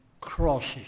crosses